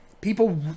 people